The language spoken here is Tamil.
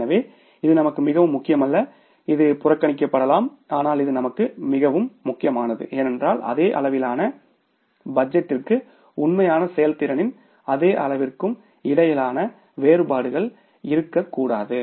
எனவே இது நமக்கு மிகவும் முக்கியமல்ல இது புறக்கணிக்கப்படலாம் ஆனால் இது நமக்கு மிகவும் முக்கியமானது ஏனென்றால் அதே அளவிலான பட்ஜெட்டிற்கும் உண்மையான செயல்திறனின் அதே அளவிற்கும் இடையிலான வேறுபாடுகள் இருக்கக்கூடாது